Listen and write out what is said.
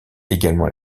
également